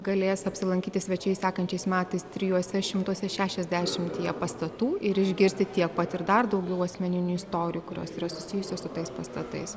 galės apsilankyti svečiai sekančiais metais trijuose šimtuose šešiasdešimtyje pastatų ir išgirsti tiek pat ir dar daugiau asmeninių istorijų kurios yra susijusios su tais pastatais